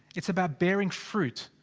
it's about bearing fruit.